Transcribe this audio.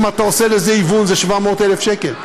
אם אתה עושה לזה היוון, זה 700,000 שקל.